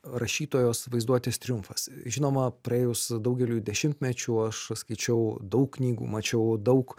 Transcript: rašytojos vaizduotės triumfas žinoma praėjus daugeliui dešimtmečių aš skaičiau daug knygų mačiau daug